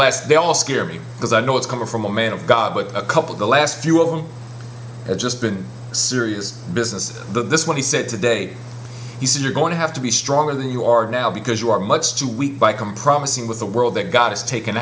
less they all scare me because i know it's coming from a man of god but a couple of the last few of them have just been serious business this one he said today he said you're going to have to be stronger than you are now because you are much too weak by compromising with the world that god has taken